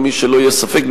שלא יהיה ספק,